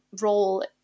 role